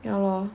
ya lor